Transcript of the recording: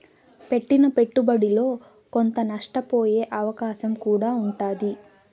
పెట్టిన పెట్టుబడిలో కొంత నష్టపోయే అవకాశం కూడా ఉంటాది